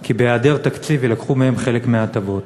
כי בהיעדר תקציב יילקחו מהם חלק מההטבות.